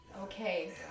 Okay